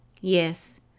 Yes